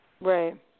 Right